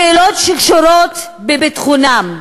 שאלות שקשורות בביטחונם,